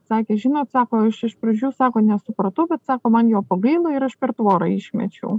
sakė žinot sako aš pradžių sako nesupratau bet sako man jo pagailo ir aš per tvorą išmečiau